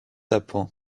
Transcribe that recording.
apens